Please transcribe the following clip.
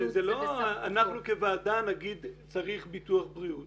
אנחנו כוועדה נגיד שצריך ביטוח בריאות